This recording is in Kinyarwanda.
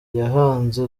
yahanze